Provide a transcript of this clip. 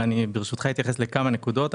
אני ברשותך אתייחס לכמה נקודות.